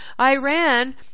Iran